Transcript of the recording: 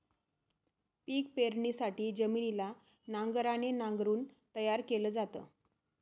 पिक पेरणीसाठी जमिनीला नांगराने नांगरून तयार केल जात